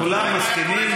כולם מסכימים.